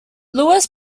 louis